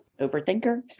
Overthinker